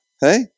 Hey